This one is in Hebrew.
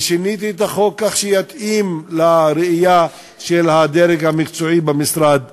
ושיניתי את החוק כך שיתאים לראייה של הדרג המקצועי במשרד אז.